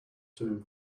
too